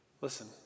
Listen